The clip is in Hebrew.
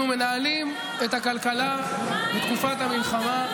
אנחנו מנהלים את הכלכלה בתקופת המלחמה,